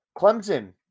Clemson